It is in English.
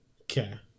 Okay